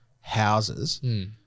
houses